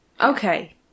Okay